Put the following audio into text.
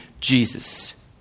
Jesus